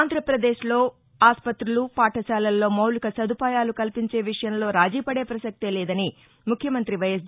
ఆంధ్రప్రదేశ్లో ఆస్పతులు పాఠశాలల్లో మౌలిక సదుపాయలు కల్పించే విషయంలో రాజీ పడే ప్రసక్తే లేదని ముఖ్యమంతి వైఎస్